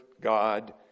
God